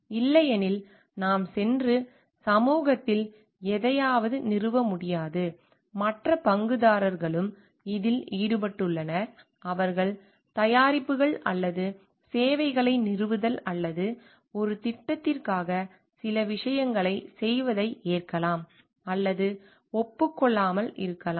இல்லையெனில் நாம் சென்று சமூகத்தில் எதையாவது நிறுவ முடியாது மற்ற பங்குதாரர்களும் இதில் ஈடுபட்டுள்ளனர் அவர்கள் தயாரிப்புகள் அல்லது சேவைகளை நிறுவுதல் அல்லது ஒரு திட்டத்திற்காக சில விஷயங்களைச் செய்வதை ஏற்கலாம் அல்லது ஒப்புக்கொள்ளாமல் இருக்கலாம்